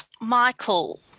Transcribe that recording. Michael